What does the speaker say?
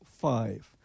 five